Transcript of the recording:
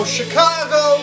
Chicago